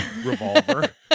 revolver